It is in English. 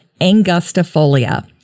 angustifolia